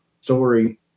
story